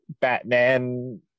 Batman